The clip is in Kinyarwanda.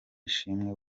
ishimwe